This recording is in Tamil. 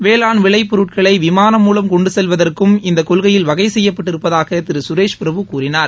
வேளாண் விளைபொருட்களை விமானம் மூலம் கொண்டு செல்வதற்கும் இந்த கொள்கையில் வகை செய்யப்பட்டிருப்பதாக திரு சுரேஷ் பிரபு கூறினார்